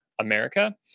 America